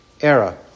era